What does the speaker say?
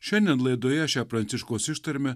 šiandien laidoje šią pranciškos ištarmę